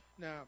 Now